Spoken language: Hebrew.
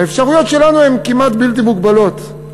האפשרויות שלנו הן כמעט בלתי מוגבלות,